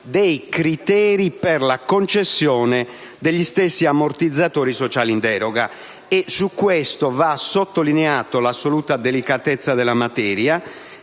dei criteri per la concessione degli stessi ammortizzatori sociali in deroga. Sul punto, va sottolineata l'assoluta delicatezza della materia